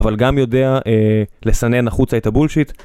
אבל גם יודע לסנן החוצה את הבולשיט.